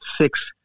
six